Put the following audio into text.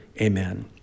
amen